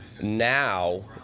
Now